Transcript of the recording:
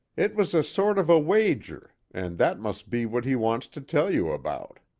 it was a sort of a wager, and that must be what he wants to tell you about.